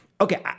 Okay